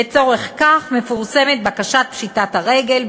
לצורך כך מפורסמת בקשת פשיטת הרגל,